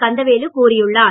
கந்தவேலு கூறியுள்ளார்